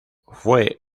fue